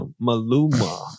Maluma